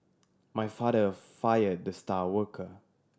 my father fire the star worker